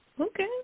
Okay